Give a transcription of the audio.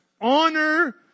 Honor